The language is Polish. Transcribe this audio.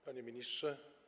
Panie Ministrze!